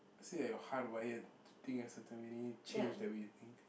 say that you're hard wired to think a certain way then you change the way you think